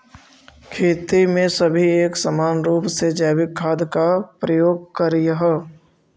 खेती में सभी एक समान रूप से जैविक खाद का प्रयोग करियह